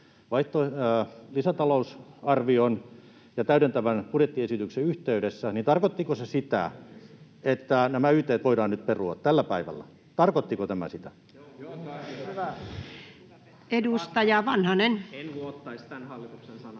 lisätalousarvion ja täydentävän budjettiesityksen yhteydessä, sitä, että nämä yt:t voidaan nyt perua, tällä päivällä. Tarkoittiko tämä sitä? [Timo Heinonen: En luottaisi tämän hallituksen sanaan!]